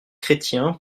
chrétien